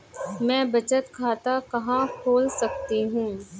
मैं बचत खाता कहां खोल सकती हूँ?